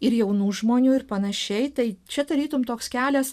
ir jaunų žmonių ir panašiai tai čia tarytum toks kelias